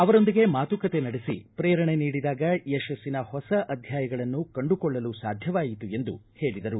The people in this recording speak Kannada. ಅವರೊಂದಿಗೆ ಮಾತುಕತೆ ನಡೆಖ ಪ್ರೇರಣೆ ನೀಡಿದಾಗ ಯಶಸ್ಲಿನ ಹೊಸ ಅಧ್ಯಾಯಗಳನ್ನು ಕಂಡುಕೊಳ್ಳಲು ಸಾಧ್ಯವಾಯಿತು ಎಂದು ಹೇಳಿದರು